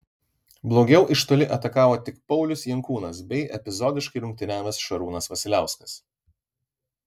blogiau iš toli atakavo tik paulius jankūnas bei epizodiškai rungtyniavęs šarūnas vasiliauskas